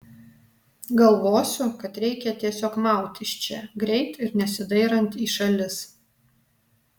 galvosiu kad reikia tiesiog maut iš čia greit ir nesidairant į šalis